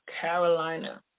carolina